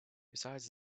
besides